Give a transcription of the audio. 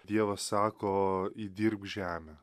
dievas sako įdirbk žemę